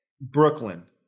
Brooklyn